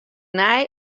nij